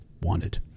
Wanted